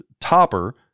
topper